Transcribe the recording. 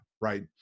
right